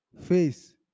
face